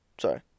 Sorry